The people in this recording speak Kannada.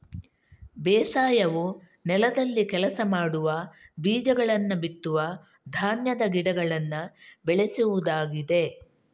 ಬೇಸಾಯವು ನೆಲದಲ್ಲಿ ಕೆಲಸ ಮಾಡುವ, ಬೀಜಗಳನ್ನ ಬಿತ್ತುವ ಧಾನ್ಯದ ಗಿಡಗಳನ್ನ ಬೆಳೆಸುವುದಾಗಿದೆ